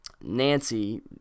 Nancy